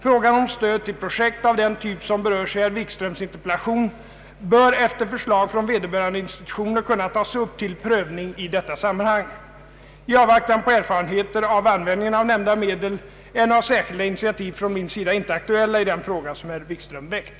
Frågan om stöd till projekt av den typ som berörs i herr Wikströms interpellation bör efter förslag från vederbörande institutioner kunna tas upp till prövning i detta sammanhang. I avvaktan på erfarenheter av användningen av nämnda medel är några särskilda initiativ från min sida inte aktuella i den fråga som herr Wikström väckt.